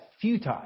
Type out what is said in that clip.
futile